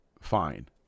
fine